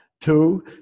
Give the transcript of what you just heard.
two